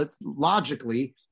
logically